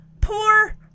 poor